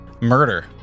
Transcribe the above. murder